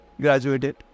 graduated